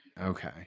Okay